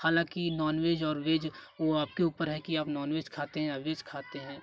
हालाँकि non veg और veg वह आपके ऊपर है कि आप नॉन वेज खाते हैं या वेज खाते हैं